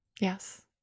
Yes